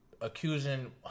accusing